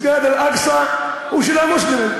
מסגד אל-אקצא הוא של המוסלמים.